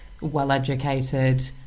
well-educated